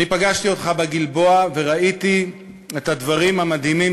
אני פגשתי אותך בגלבוע וראיתי את הדברים המדהימים